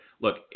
Look